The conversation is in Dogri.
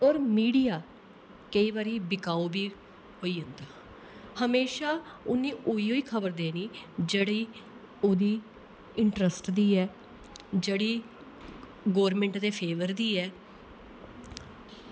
और मीडिया केई वारी बिकाऊ वी होई जंदा हमेशा उनें उयो ही खबर देनी जेह्ड़ी ओह्दी इंटरेस्ट दी ऐ जेह्ड़ी गौरमेंट दे फेवर दी ऐ